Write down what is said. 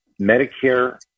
Medicare